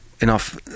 enough